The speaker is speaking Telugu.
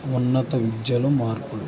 ఉన్నత విద్యలు మార్పులు